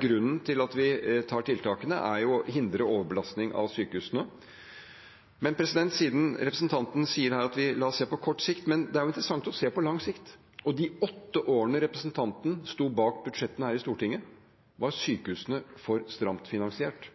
grunnen til at vi har tiltakene, er jo å hindre overbelastning av sykehusene. Representanten sier her: La oss se på kort sikt. Men det er interessant å se på lang sikt. De åtte årene representanten sto bak budsjettene her i Stortinget, var sykehusene for stramt finansiert,